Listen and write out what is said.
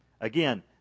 Again